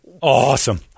awesome